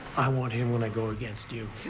i want him when i go against you.